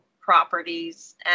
properties